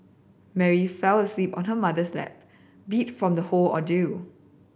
Mary fell asleep on her mother's lap beat from the whole ordeal